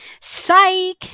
Psych